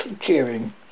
cheering